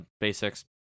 Basics